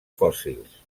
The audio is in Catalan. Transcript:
fòssils